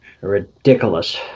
ridiculous